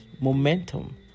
momentum